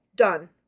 Done